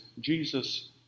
Jesus